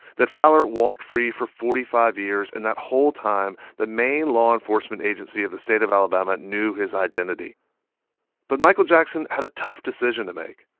that fowler walked free for forty five years, and that whole time, the main law enforcement agency of the state of alabama knew his identity but michael jackson had a tough decision to make.